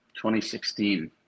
2016